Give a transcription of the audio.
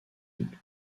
une